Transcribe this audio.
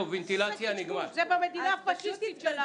במדינה הפשיסטית שלה.